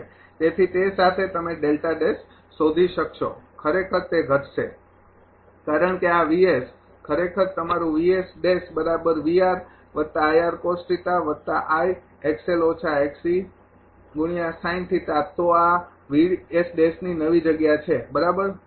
તેથી તે સાથે તમે શોધી શકશો ખરેખર તે ઘટશે કારણ કે આ ખરેખર તમારુ તો આ ની નવી જગ્યા છે બરાબર